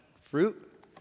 fruit